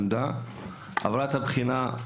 היא למדה ועברה את הבחינה,